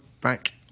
back